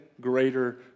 greater